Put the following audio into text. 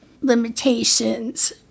limitations